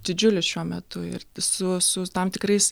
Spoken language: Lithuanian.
didžiulis šiuo metu ir visų su tam tikrais